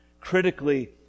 critically